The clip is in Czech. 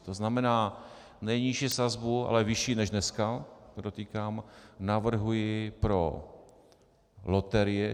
To znamená, nejnižší sazbu, ale vyšší než dneska, podotýkám, navrhuji pro číselné loterie.